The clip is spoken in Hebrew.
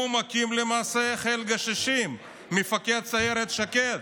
למעשה מקים חיל גששים, מפקד סיירת שקד,